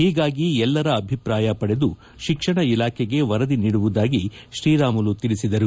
ಹೀಗಾಗಿ ಎಲ್ಲರ ಅಭಿಪ್ರಾಯ ಪಡೆದು ಶಿಕ್ಷಣ ಇಲಾಖೆಗೆ ವರದಿ ನೀಡುವುದಾಗಿ ಶ್ರೀರಾಮುಲು ತಿಳಿಸಿದರು